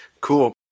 Cool